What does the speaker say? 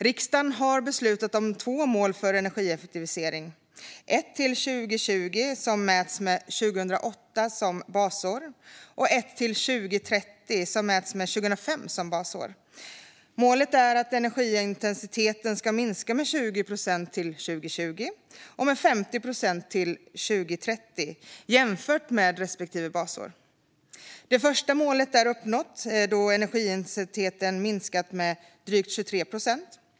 Riksdagen har beslutat om två mål för energieffektivisering: ett till 2020 som mäts med 2008 som basår och ett till 2030 som mäts med 2005 som basår. Målet är att energiintensiteten ska minska med 20 procent till 2020 och med 50 procent till 2030 jämfört med respektive basår. Det första målet är uppnått, då energiintensiteten har minskat med drygt 23 procent.